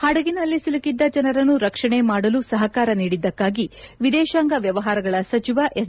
ಹಡಗಿನಲ್ಲಿ ಒಲುಕಿದ್ದ ಜನರನ್ನು ರಕ್ಷಣೆ ಮಾಡಲು ಸಹಕಾರ ನೀಡಿದ್ದಕ್ಕಾಗಿ ವಿದೇಶಾಂಗ ವ್ಯವಹಾರಗಳ ಸಚಿವ ಎಸ್